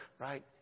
right